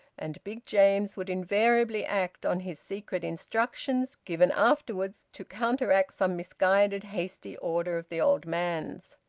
and big james would invariably act on his secret instructions given afterwards to counteract some misguided hasty order of the old man's.